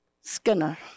Skinner